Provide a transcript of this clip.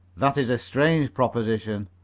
that is a strange proposition,